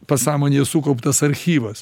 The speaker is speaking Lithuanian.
pasąmonėj sukauptas archyvas